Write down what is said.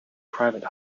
private